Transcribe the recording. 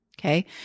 Okay